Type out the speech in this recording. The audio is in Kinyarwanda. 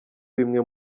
bimwe